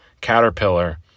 Caterpillar